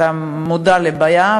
אתה מודע לבעיה,